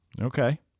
Okay